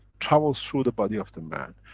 travels through the body of the man.